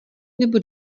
nebo